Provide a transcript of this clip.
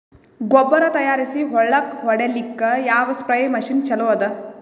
ಗೊಬ್ಬರ ತಯಾರಿಸಿ ಹೊಳ್ಳಕ ಹೊಡೇಲ್ಲಿಕ ಯಾವ ಸ್ಪ್ರಯ್ ಮಷಿನ್ ಚಲೋ ಅದ?